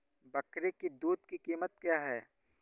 बकरी की दूध की कीमत क्या है?